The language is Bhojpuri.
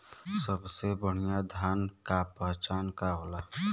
सबसे बढ़ियां धान का पहचान का होला?